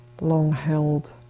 long-held